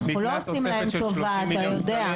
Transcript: אנחנו לא עושים להם טובה, אתה יודע.